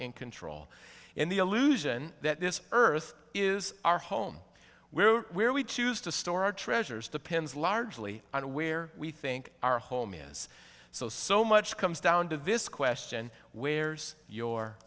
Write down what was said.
and control in the illusion that this earth is our home we're where we choose to store or treasures depends largely on where we think our home is so so much comes down to this question where's your